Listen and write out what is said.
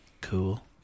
Cool